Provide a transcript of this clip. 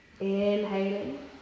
Inhaling